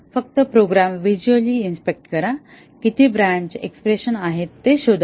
फक्त program visually inspect करा किती ब्रँच एक्स्प्रेशन आहेत ते शोधा